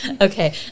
Okay